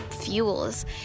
fuels